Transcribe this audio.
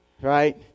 right